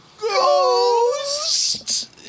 Ghosts